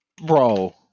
Bro